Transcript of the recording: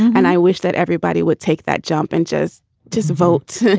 and i wish that everybody would take that jump inches just vote.